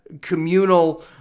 communal